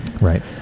right